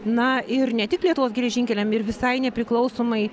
na ir ne tik lietuvos geležinkeliam ir visai nepriklausomai